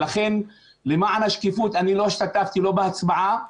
לכן למען השקיפות אני לא השתתפתי בהצבעה,